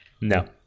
No